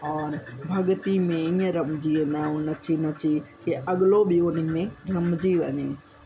और भॻति में ईअं रमिजी वेंदा आहियूं नची नची कि अॻलो ॿियो बि उनमें रमिजी वञे